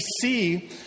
see